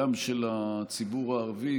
של הציבור הערבי,